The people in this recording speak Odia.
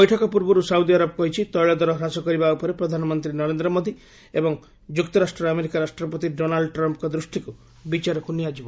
ବୈଠକ ପୂର୍ବରୁ ସାଉଦି ଆରବ କହିଛି ତୈଳ ଦର ହ୍ରାସ କରିବା ଉପରେ ପ୍ରଧାନମନ୍ତ୍ରୀ ନରେନ୍ଦ୍ର ମୋଦି ଏବଂ ଯୁକ୍ତରାଷ୍ଟ୍ର ଆମେରିକା ରାଷ୍ଟ୍ରପତି ଡୋନାଲ୍ଡ ଟ୍ରମ୍ଫ୍ଙ୍କ ଦୃଷ୍ଟିକୁ ବିଚାରକୁ ନିଆଯିବ